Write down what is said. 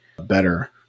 better